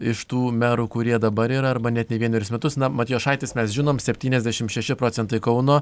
iš tų merų kurie dabar yra arba net ne vienerius metus na matjošaitis mes žinome septyniasdešimt šešis procentus kauno